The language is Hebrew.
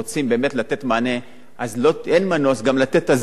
אז אין מנוס גם לתת הזנה כפי שממש, באוכל חם.